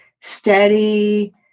steady